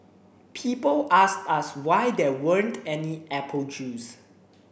people asked us why there weren't any apple juice